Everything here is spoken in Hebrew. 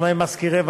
והמחקרים,